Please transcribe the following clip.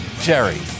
Jerry